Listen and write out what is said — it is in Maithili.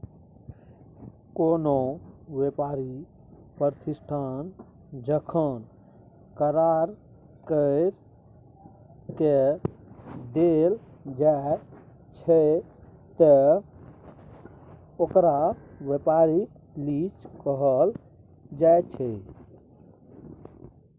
कोनो व्यापारी प्रतिष्ठान जखन करार कइर के देल जाइ छइ त ओकरा व्यापारिक लीज कहल जाइ छइ